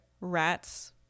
rats